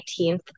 19th